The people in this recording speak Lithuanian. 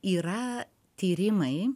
yra tyrimai